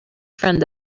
friend